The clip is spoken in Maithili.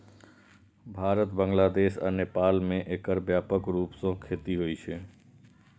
भारत, बांग्लादेश आ नेपाल मे एकर व्यापक रूप सं खेती होइ छै